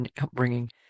upbringing